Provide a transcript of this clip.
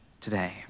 today